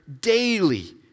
daily